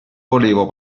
volevo